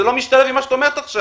זה לא משתלב עם מה שאת אומרת עכשיו,